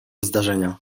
zdarzenia